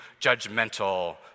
judgmental